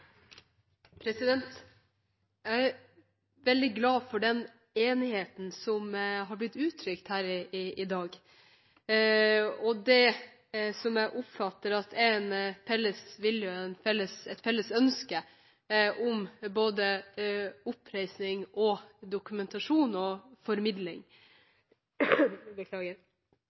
Jeg er veldig glad for den enigheten som har blitt uttrykt her i dag, og for det jeg oppfatter at er en felles vilje og et felles ønske om både oppreisning, dokumentasjon og formidling.